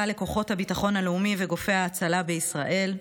לכוחות הביטחון הלאומי ולגופי ההצלה בישראל.